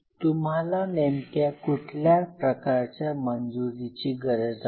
तुम्हाला नेमक्या कुठल्या प्रकारच्या मंजुरीची गरज आहे